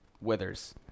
withers